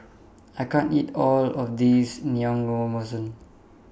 I can't eat All of This